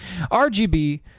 RGB